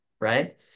right